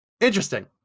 Interesting